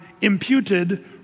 imputed